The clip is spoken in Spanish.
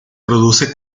produce